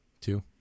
two